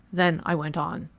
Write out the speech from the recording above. then i went on.